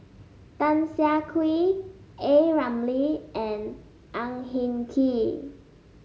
Tan Siah Kwee A Ramli and Ang Hin Kee